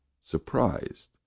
surprised